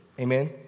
Amen